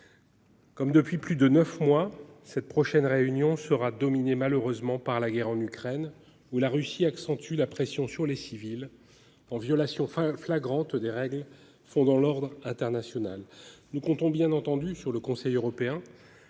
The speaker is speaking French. Comme depuis plus de neuf mois cette prochaine réunion sera dominée malheureusement par la guerre en Ukraine où la Russie accentue la pression sur les civils en violation enfin flagrante des règles sont dans l'ordre international. Nous comptons bien entendu sur le Conseil européen